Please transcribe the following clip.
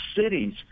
cities